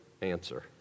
answer